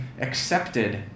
accepted